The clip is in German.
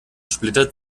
splitter